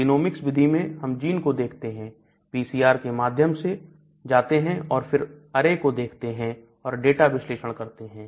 genomics विधि में हम जीन को देखते हैं PCR के माध्यम से जाते हैं और फिर अरे को देखते हैं और डेटा विश्लेषण करते हैं